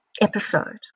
episode